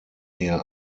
ihr